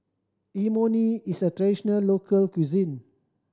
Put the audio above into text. imoni is a traditional local cuisine